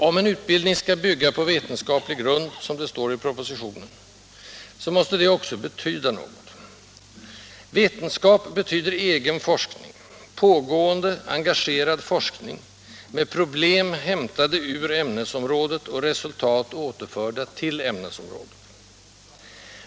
Om en utbildning skall bygga på vetenskaplig grund, som det står i propositionen, måste detta också betyda något. ”Vetenskap” betyder egen forskning — pågående, engagerad forskning, med problem hämtade ur ämnesområdet och resultat återförda till ämnesområdet.